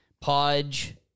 Pudge